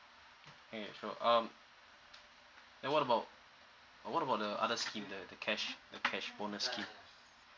okay sure um then what about what about the other scheme the the cash the cash bonus scheme